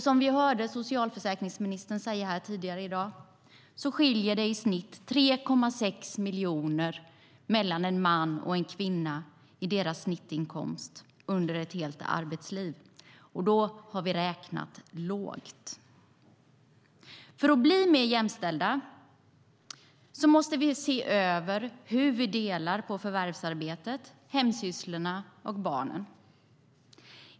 Som vi hörde socialförsäkringsministern säga här tidigare i dag skiljer det i snitt 3,6 miljoner mellan en mans och en kvinnas snittinkomster under ett helt arbetsliv - och då har vi räknat lågt. För att bli mer jämställda måste vi se över hur vi delar på förvärvsarbetet, hemsysslorna och barnen.